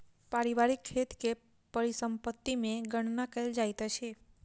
पारिवारिक खेत के परिसम्पत्ति मे गणना कयल जाइत अछि